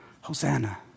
Hosanna